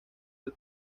del